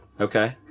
Okay